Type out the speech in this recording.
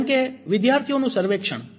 જેમ કે વિદ્યાર્થીઓનું સર્વેક્ષણ